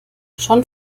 schon